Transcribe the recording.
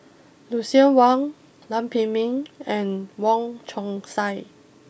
Lucien Wang Lam Pin Min and Wong Chong Sai